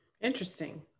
Interesting